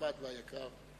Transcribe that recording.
הנכבד והיקר,